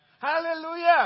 Hallelujah